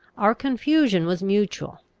our confusion was mutual.